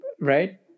right